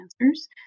answers